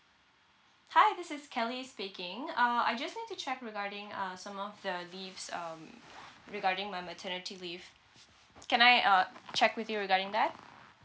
hi this is kelly speaking uh I just need to check regarding uh some of the leaves um regarding my maternity leave can I uh check with you regarding that